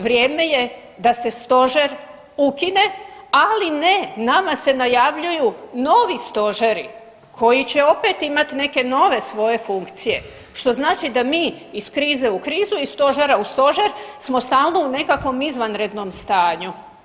Vrijeme je da se stožer ukine, ali ne nama se najavljuju novi stožeri koji će opet imat neke nove svoje funkcije, što znači da mi iz krize u krizu, iz stožera u stožer smo stalno u nekakvom izvanrednom stanju.